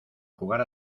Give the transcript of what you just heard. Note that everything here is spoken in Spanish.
jugar